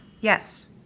Yes